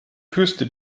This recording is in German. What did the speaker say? küste